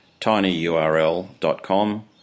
tinyurl.com